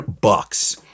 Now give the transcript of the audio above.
bucks